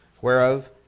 Whereof